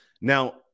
Now